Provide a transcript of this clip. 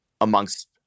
amongst